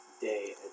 day